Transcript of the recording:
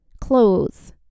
clothes